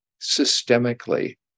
systemically